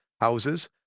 houses